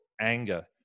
anger